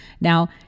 Now